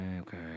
okay